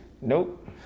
Nope